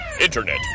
Internet